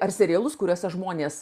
ar serialus kuriuose žmonės